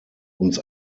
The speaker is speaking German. uns